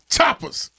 Choppers